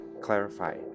clarify